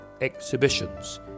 exhibitions